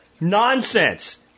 nonsense